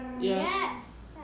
Yes